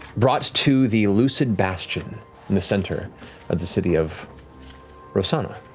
brought to the lucid bastion in the center of the city of rosohna,